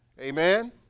amen